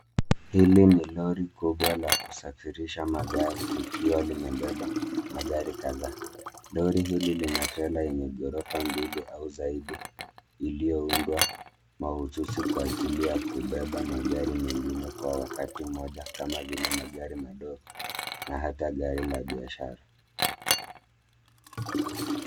Hili ni lori kubwa la kusafirisha magari likiwa limebeba magari kadhaa. Lori hili lina trela yenye ghorofa mbili au zaidi iliyoundwa mahususi kwa ajili ya kubeba magari mengine kwa wakati mmoja kama vile magari madogo na hata gari la biashara.